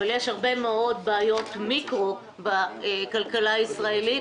אבל יש הרבה מאוד בעיות מיקרו בכלכלה הישראלית,